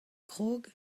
krog